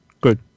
Good